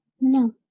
no